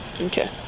Okay